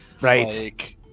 Right